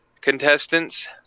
contestants